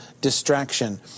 distraction